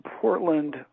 Portland